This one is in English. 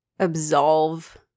absolve